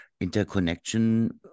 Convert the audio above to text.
interconnection